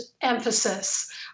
emphasis